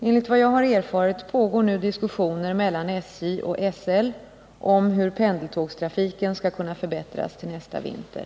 Enligt vad jag har erfarit pågår nu diskussioner mellan SJ och SL om hur pendeltågstrafiken skall kunna förbättras till nästa vinter.